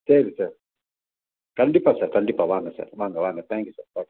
சரி சார் கண்டிப்பாக சார் கண்டிப்பாக வாங்க சார் வாங்க வாங்க தேங்க் யூ சார்